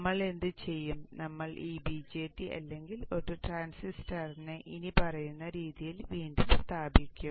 നമ്മൾ എന്ത് ചെയ്യും നമ്മൾ ഈ BJT അല്ലെങ്കിൽ ഒരു ട്രാൻസിസ്റ്ററിനെ ഇനിപ്പറയുന്ന രീതിയിൽ വീണ്ടും സ്ഥാപിക്കും